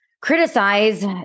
criticize